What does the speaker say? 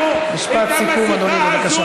משפט סיכום, אדוני, בבקשה.